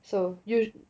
so usu~